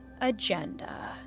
agenda